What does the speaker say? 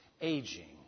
aging